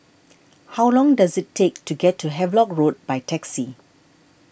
how long does it take to get to Havelock Road by taxi